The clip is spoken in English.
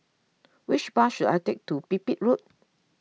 which bus should I take to Pipit Road